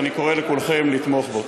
ואני קורא לכולכם לתמוך בו.